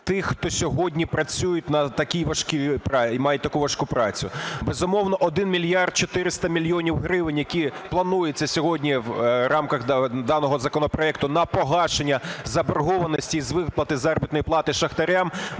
тих, хто сьогодні працюють і мають таку важку працю. Безумовно, 1 мільярд 400 мільйонів гривень, які планується сьогодні в рамках даного законопроекту, на погашення заборгованості із виплати заробітної плати шахтарям,